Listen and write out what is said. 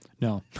No